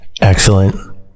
Excellent